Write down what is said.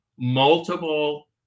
multiple